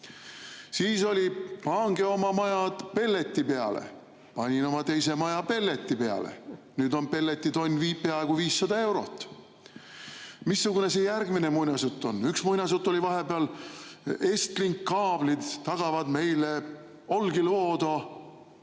Siis oli: pange oma majad pelleti peale. Panin oma teise maja pelleti peale. Nüüd on pelleti tonn peaaegu 500 eurot. Missugune see järgmine muinasjutt on? Üks muinasjutt oli vahepeal, et EstLinki kaablid tagavad meile Olkiluoto